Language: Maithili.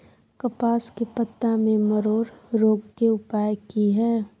कपास के पत्ता में मरोड़ रोग के उपाय की हय?